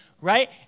right